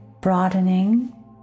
broadening